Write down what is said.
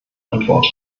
antwort